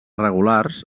regulars